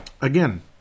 again